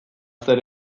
zer